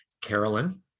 Carolyn